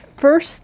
first